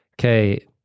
Okay